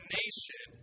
nation